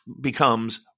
becomes